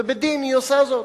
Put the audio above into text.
ובדין היא עושה זאת,